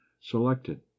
selected